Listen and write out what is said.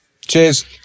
Cheers